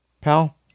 pal